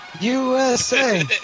USA